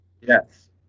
Yes